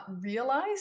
realize